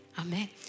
Amen